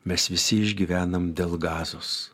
mes visi išgyvenam dėl gazos